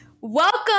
welcome